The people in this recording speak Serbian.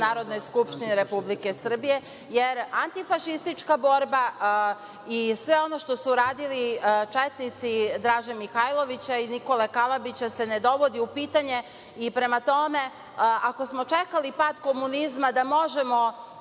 Narodnoj skupštini Republike Srbije, jer antifašistička borba i sve ono što su radili četnici Draže Mihailovića i Nikole Kalabića se ne dovodi u pitanje. Prema tome, ako smo čekali pad komunizma da možemo